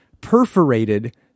perforated